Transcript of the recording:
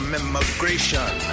immigration